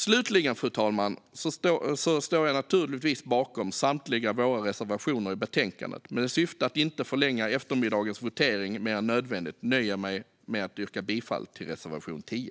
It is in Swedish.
Slutligen, fru talman, står jag naturligtvis bakom samtliga våra reservationer i betänkandet, men i syfte att inte förlänga eftermiddagens votering mer än nödvändigt nöjer jag mig med att yrka bifall till reservation 10.